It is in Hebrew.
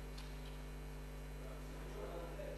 התש"ע 2010,